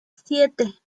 siete